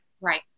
Right